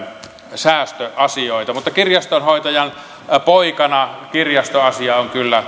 säästöasioita mutta kirjastonhoitajan poikana kirjastoasia on kyllä